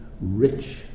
rich